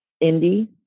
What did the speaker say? Indy